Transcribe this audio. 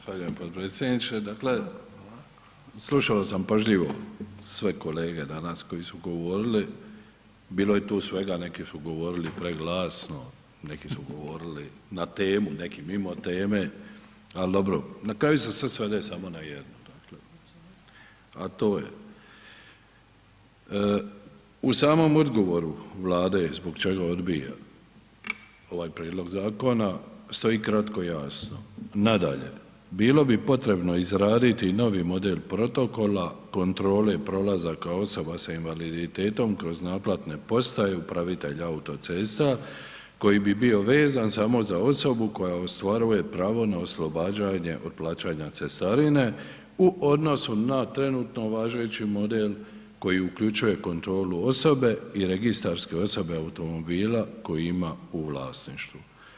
Zahvaljujem potpredsjedniče, dakle slušao sam pažljivo svoje kolege danas koji su govorili, bilo je tu svega, neki su govorili preglasno, neki su govorili na temu, neki mimo teme, al dobro, na kraju se sve svede samo na jedno, dakle, a to je u samom odgovoru Vlade zbog čega odbija ovaj prijedlog zakona stoji kratko i jasno, nadalje bilo bi potrebno izraditi novi model protokola kontrole prolazaka osoba sa invaliditetom kroz naplatne postaju upravitelj autocesta koji bi bio vezan samo za osobu koja ostvaraje pravo na oslobađanje od plaćanja cestarine u odnosu na trenutno važeći model koji uključuje kontrolu osobe i registarske osobe automobila koji ima u vlasništvu.